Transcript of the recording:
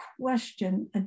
question